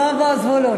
בוא, בוא, זבולון.